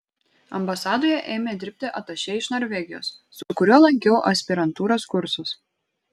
ambasadoje ėmė dirbti atašė iš norvegijos su kuriuo lankiau aspirantūros kursus